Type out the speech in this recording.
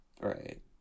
Right